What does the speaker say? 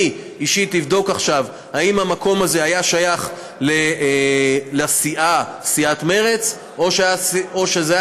אני אישית אבדוק עכשיו אם המקום הזה היה שייך לסיעת מרצ או שזה היה